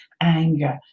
anger